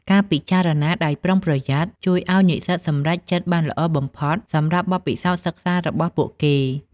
ការពិចារណាដោយប្រុងប្រយ័ត្នអាចជួយឱ្យនិស្សិតសម្រេចចិត្តបានល្អបំផុតសម្រាប់បទពិសោធន៍សិក្សារបស់ពួកគេ។